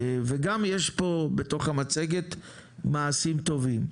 וגם יש פה בתוך המצגת מעשים טובים,